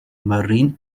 marine